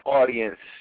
audience